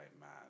man